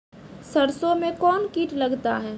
सरसों मे कौन कीट लगता हैं?